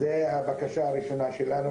זו הבקשה הראשונה שלנו.